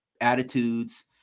attitudes